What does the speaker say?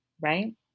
right